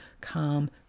calm